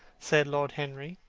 said lord henry,